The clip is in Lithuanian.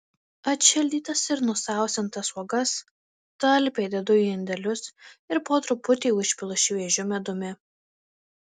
atšildytas ir nusausintas uogas talpiai dedu į indelius ir po truputį užpilu šviežiu medumi